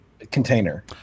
container